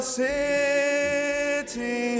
city